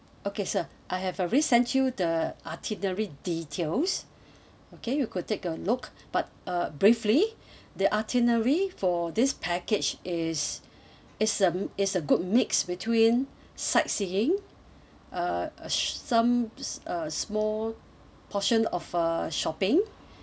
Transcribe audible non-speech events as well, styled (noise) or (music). okay sir I have already sent you the itinerary details (breath) okay you could take a look but uh briefly (breath) the itinerary for this package is (breath) is a is a good mix between sightseeing uh sh~ some s~ uh small portion of uh shopping (breath)